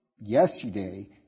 yesterday